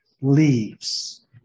leaves